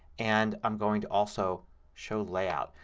and i'm going to also show layout.